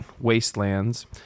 wastelands